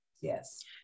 Yes